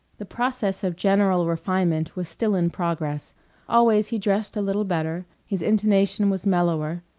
the process of general refinement was still in progress always he dressed a little better, his intonation was mellower,